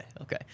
okay